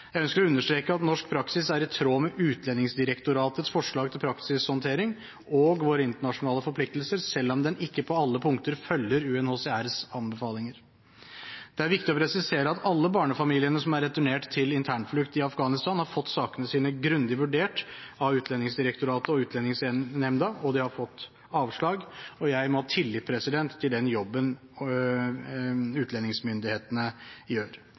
Jeg ønsker å understreke at norsk praksis er i tråd med Utlendingsdirektoratets forslag til praksishåndtering og våre internasjonale forpliktelser, selv om den ikke på alle punkter følger UNHCRs anbefalinger. Det er viktig å presisere at alle barnefamiliene som er returnert til internflukt i Afghanistan, har fått sakene sine grundig vurdert av Utlendingsdirektoratet og Utlendingsnemnda, og de har fått avslag, og jeg må ha tillit til den jobben utlendingsmyndighetene gjør.